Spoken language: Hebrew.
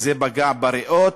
וזה פגע בריאות,